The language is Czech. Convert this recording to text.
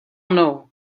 mnou